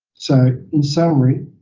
so in summary,